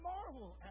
Marvel